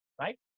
right